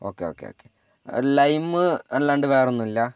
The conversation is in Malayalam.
ഓക്കേ ഓക്കേ ഓക്കേ ലൈമ് അല്ലാണ്ട് വേറെ ഒന്നുമില്ല